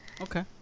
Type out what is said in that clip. Okay